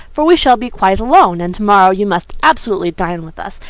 for we shall be quite alone and tomorrow you must absolutely dine with us,